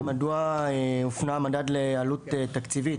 מדוע הופנה המדד לעלות תקציבית?